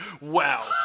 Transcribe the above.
wow